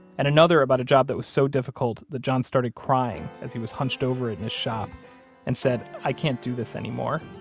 and another about a job that was so difficult that john started crying as he was hunched over in his shop and said, i can't do this anymore.